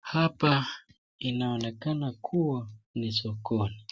Hapa inaonekana kuwa ni sokoni.